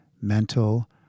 mental